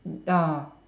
uh ah